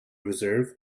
reserve